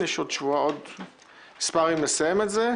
יש עוד מספר ימים לסיים את זה.